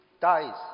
dies